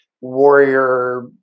warrior